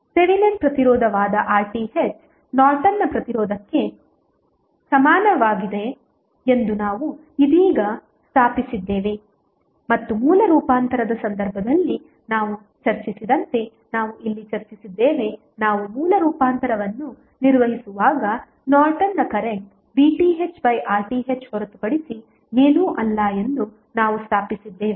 Thevenin ಪ್ರತಿರೋಧವಾದ RTh ನಾರ್ಟನ್ನ ಪ್ರತಿರೋಧಕ್ಕೆ ಸಮಾನವಾಗಿದೆ ಎಂದು ನಾವು ಇದೀಗ ಸ್ಥಾಪಿಸಿದ್ದೇವೆ ಮತ್ತು ಮೂಲ ರೂಪಾಂತರದ ಸಂದರ್ಭದಲ್ಲಿ ನಾವು ಚರ್ಚಿಸಿದಂತೆ ನಾವು ಇಲ್ಲಿ ಚರ್ಚಿಸಿದ್ದೇವೆ ನಾವು ಮೂಲ ರೂಪಾಂತರವನ್ನು ನಿರ್ವಹಿಸುವಾಗ ನಾರ್ಟನ್ನ ಕರೆಂಟ್ VThRTh ಹೊರತುಪಡಿಸಿ ಏನೂ ಅಲ್ಲ ಎಂದು ನಾವು ಸ್ಥಾಪಿಸಿದ್ದೇವೆ